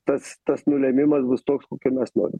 tas tas nulėmimas bus toks kokio mes norim